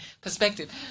perspective